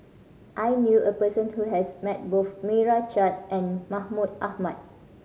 I knew a person who has met both Meira Chand and Mahmud Ahmad